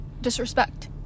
disrespect